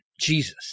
Jesus